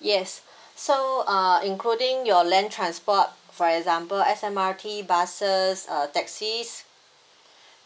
yes so uh including your land transport for example S_M_R_T buses uh taxis